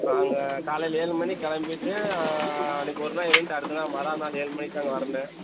அங்கே காலையில் ஏழு மணிக்கு கிளம்பிட்டு அன்றைக்கு ஒருநாள் இருந்துவிட்டு அடுத்த நாள் மறு நாள் ஏழு மணிக்கு தாங்க வரணும்